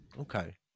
Okay